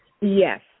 Yes